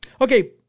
Okay